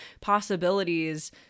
possibilities